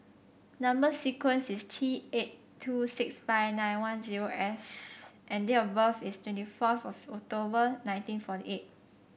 number sequence is T eight two six five nine one zero S and date of birth is twenty fourth of October nineteen forty eight